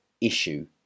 issue